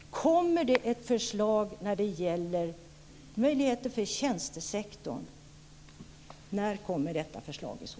Kommer det ett förslag när det gäller möjligheter för tjänstesektorn och i så fall när?